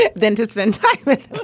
ah than to spend time with